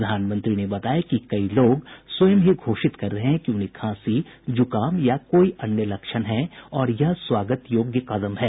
प्रधानमंत्री ने बताया कि कई लोग स्वयं ही घोषित कर रहे है कि उन्हें खांसी जुकाम या कोई अन्य लक्षण है और यह स्वागत योग्य चिन्ह है